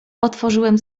otworzyłem